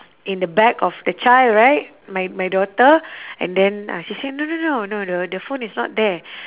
in the bag of the child right my my daughter and then uh she say no no no no the the phone is not there